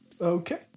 Okay